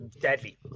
deadly